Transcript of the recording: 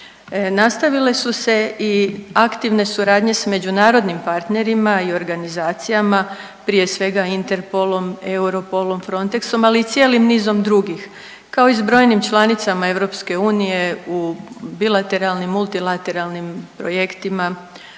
Nastavile su se i aktivne suradnje sa međunarodnim partnerima i organizacijama prije svega Interpolom, Europolom, Frontexom, ali i cijelim nizom drugih kao i s brojnim članicama EU u bilateralnim, multilateralnim projektima,